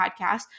podcast